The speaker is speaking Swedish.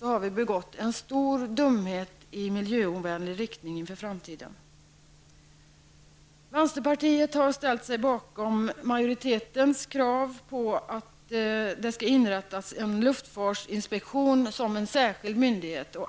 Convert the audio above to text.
har begått en stor dumhet i miljöovänlig riktning för framtiden. Vänsterpartiet har ställt sig bakom majoritetens krav på att en luftfartsinspektion skall inrättas som en särskild myndighet.